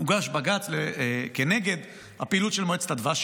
הוגש בג"ץ נגד הפעילות של מועצת הדבש,